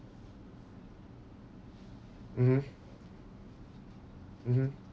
mmhmm mmhmm